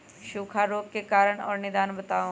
सूखा रोग के कारण और निदान बताऊ?